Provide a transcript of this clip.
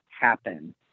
happen